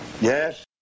Yes